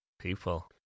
People